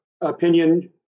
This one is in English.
opinion